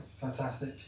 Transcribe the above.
fantastic